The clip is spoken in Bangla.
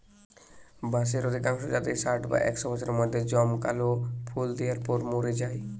বাঁশের অধিকাংশ জাতই ষাট বা একশ বছরের মধ্যে জমকালো ফুল দিয়ার পর মোরে যায়